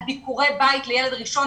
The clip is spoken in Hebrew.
על ביקורי בית לילד ראשון,